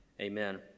Amen